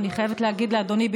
אני חייבת להגיד לאדוני,